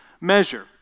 measure